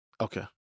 Okay